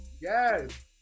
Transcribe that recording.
Yes